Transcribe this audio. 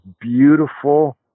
beautiful